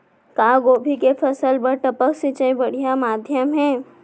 का गोभी के फसल बर टपक सिंचाई बढ़िया माधयम हे?